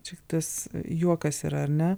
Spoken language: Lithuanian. čia tas juokas yra ar ne